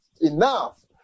enough